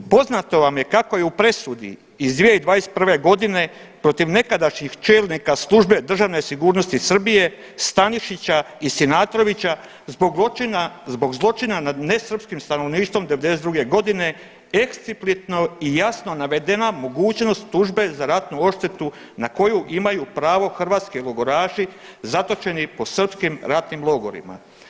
Poznato vam je kako je u presudi iz 2021. godine protiv nekadašnjih čelnika službe državne sigurnosti Srbije Stanišića i Sinatrovića zbog zločina nad nesrpskim stanovništvom '92. godine eksplicitno i jasno navedena mogućnost tužbe za ratnu odštetu na koju imaju pravo hrvatski logoraši zatočeni po srpskim ratnim logorima.